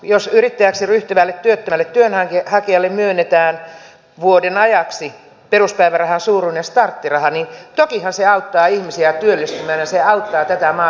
jos yrittäjäksi ryhtyvälle työttömälle työnhakijalle myönnetään vuoden ajaksi peruspäivärahan suuruinen starttiraha niin tokihan se auttaa ihmisiä työllistymään ja se auttaa tätä maata eteenpäin